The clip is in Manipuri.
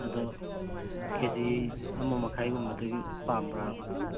ꯑꯗꯣ ꯀꯦ ꯖꯤ ꯑꯃ ꯃꯈꯥꯏꯒꯨꯝꯕꯗꯒꯤ ꯄꯥꯝꯕ꯭ꯔꯥꯕ